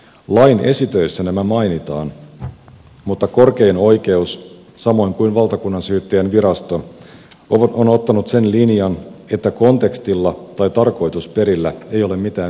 lain esitöissä nämä mainitaan mutta korkein oikeus samoin kuin valtakunnansyyttäjänvirasto on ottanut sen linjan että kontekstilla tai tarkoitusperillä ei ole mitään merkitystä